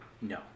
No